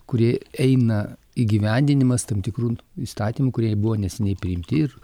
kurie eina įgyvendinimas tam tikrų įstatymų kurie buvo neseniai priimti ir